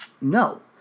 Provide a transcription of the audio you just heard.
No